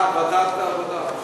ועדת העבודה.